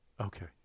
Okay